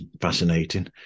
fascinating